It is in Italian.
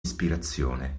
ispirazione